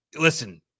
listen